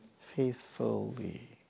faithfully